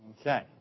Okay